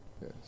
Yes